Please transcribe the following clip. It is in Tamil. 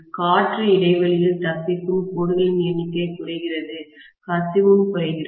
காற்று இடைவெளியில் தப்பிக்கும் கோடுகளின் எண்ணிக்கை குறைகிறது கசிவும் குறைகிறது